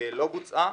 לא בוצעה.